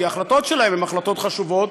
כי ההחלטות שלהם הן החלטות חשובות,